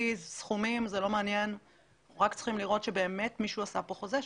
אנחנו לא צריכים את הסכומים אלא רק לראות שבאמת מישהו עשה כאן חוזה,